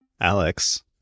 Alex